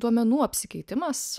duomenų apsikeitimas